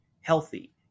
healthy